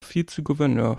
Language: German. vizegouverneur